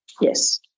yes